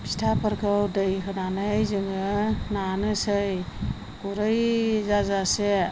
फिथाफोरखौ दै होनानै जोङो नानोसै गुरै जाजासे